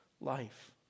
life